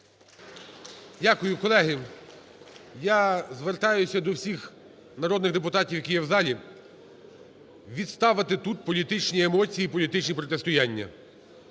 Дякую. Колеги, я звертаюся до всіх народних депутатів, які є в залі, відставити тут політичні емоції і політичні протистояння.